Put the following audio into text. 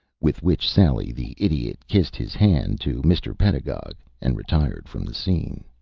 with which sally the idiot kissed his hand to mr. pedagog and retired from the scene.